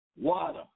water